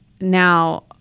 Now